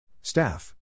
Staff